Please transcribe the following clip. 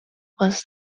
was